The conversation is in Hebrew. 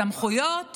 סמכויות